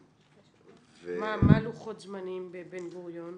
מה לוחות הזמנים בבן גוריון?